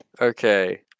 Okay